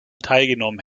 teilgenommen